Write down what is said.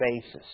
basis